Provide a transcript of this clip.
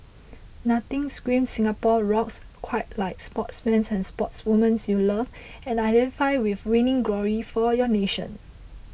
nothing screams Singapore rocks quite like sportsmen and sportswomen you love and identify with winning glory for your nation